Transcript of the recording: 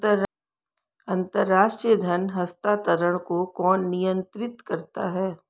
अंतर्राष्ट्रीय धन हस्तांतरण को कौन नियंत्रित करता है?